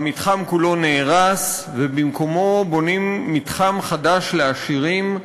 המתחם כולו נהרס, ובמקומו בונים מתחם חדש לעשירים,